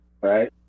right